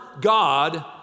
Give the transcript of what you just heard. God